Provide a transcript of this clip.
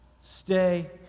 Stay